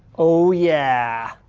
oh yeah,